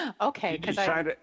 Okay